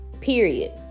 Period